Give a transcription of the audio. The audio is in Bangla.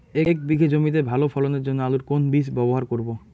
এক বিঘে জমিতে ভালো ফলনের জন্য আলুর কোন বীজ ব্যবহার করব?